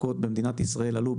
הביצים במדינת ישראל יקרות.